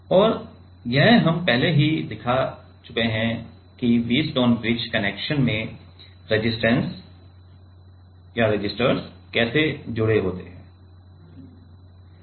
और यह हम पहले ही देख चुके हैं कि व्हीटस्टोन ब्रिज कनेक्शन में रेसिस्टर्स कैसे जुड़े होते हैं और यह झिल्ली है